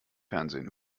fernsehen